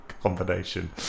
combination